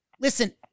listen